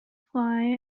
fly